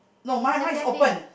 second bin